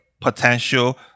potential